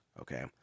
okay